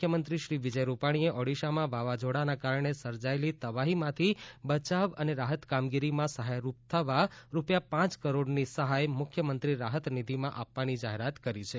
મુખ્યમંત્રી શ્રી વિજય રૂપાણીએ ઓડિશામાં વાવાઝોડાના કારણે સર્જાયેલી તબાહીમાંથી બચાવ અને રાહત કામગીરીમાં સહાયરૂપ થવા રૂપિયા પાંચ કરોડની સહાય મુખ્યમંત્રી રાહતનિધિમાંથી આપવાની જાહેરાત કરી છે